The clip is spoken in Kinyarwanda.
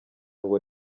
ngo